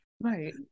Right